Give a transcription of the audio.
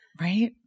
Right